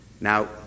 Now